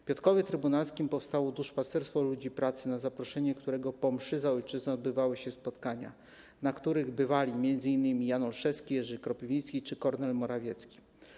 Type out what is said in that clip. W Piotrkowie Trybunalskim powstało Duszpasterstwo Ludzi Pracy, na zaproszenie którego po mszach św. za ojczyznę odbywały się spotkania, na których bywali m.in. Jan Olszewski, Jerzy Kropiwnicki czy Kornel Morawiecki.